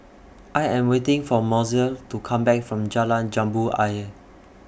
I Am waiting For Mozell to Come Back from Jalan Jambu Ayer